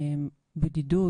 בדידות,